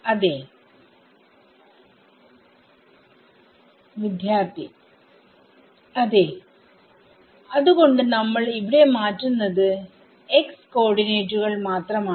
അതേ വിദ്യാർത്ഥി refer time 0436 അതേ അത്കൊണ്ട് നമ്മൾ ഇവിടെ മാറ്റുന്നത് x കോർഡിനേറ്റുകൾ മാത്രമാണ്